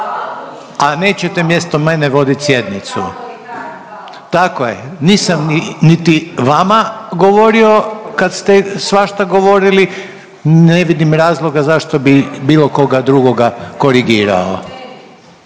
a nećete mjesto mene voditi sjednicu. …/Upadica se ne razumije./… Tako je nisam niti vama govorio kad ste svašta govorili, ne vidim razloga zašto bi bilo koga drugoga korigirao.